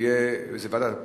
ועדת הפנים.